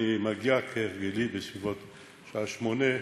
אני מגיע כהרגלי בסביבות השעה 08:00,